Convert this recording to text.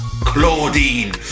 Claudine